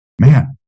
man